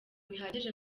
bihagije